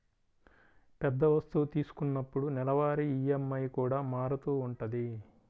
పెద్ద వస్తువు తీసుకున్నప్పుడు నెలవారీ ఈఎంఐ కూడా మారుతూ ఉంటది